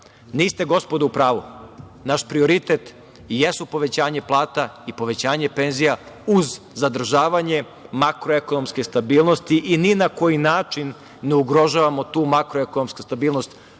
niste, gospodo, u pravu, naš prioritet jesu povećanje plata i povećanje penzija, uz zadržavanje makroekonomske stabilnosti i ni na koji način ne ugrožavamo tu makroekonomsku stabilnost